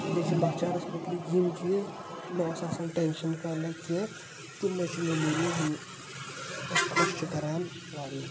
بیٚیہِ چھِ لۄکچارَس مُتعلِق یم چیٖز نہ اوس آسان ٹٮ۪نشٮ۪ن کانٛہہ نہ کیٚنٛہہ تِمے چھِ مٮ۪موریٖز یِم اَسۍ خۄش چھِ کَران واریاہ